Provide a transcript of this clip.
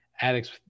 addicts